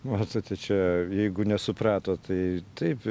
matote čia jeigu nesuprato tai taip